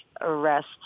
arrest